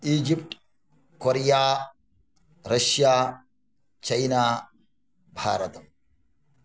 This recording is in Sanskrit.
ईजिप्ट् कोरिया रष्या चैना भारतम्